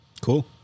Cool